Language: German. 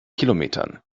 kilometern